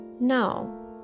No